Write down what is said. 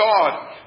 God